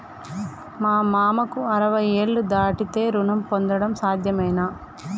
మా మామకు అరవై ఏళ్లు దాటితే రుణం పొందడం సాధ్యమేనా?